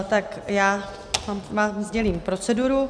Tak já vám sdělím proceduru.